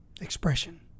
expression